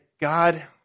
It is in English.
God